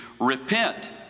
repent